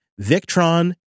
Victron